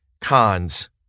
cons